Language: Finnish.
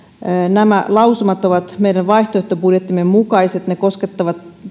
nämä lausumat ovat meidän vaihtoehtobudjettimme mukaiset ne koskettavat